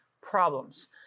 problems